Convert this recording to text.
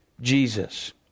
Jesus